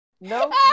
No